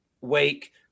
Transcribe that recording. wake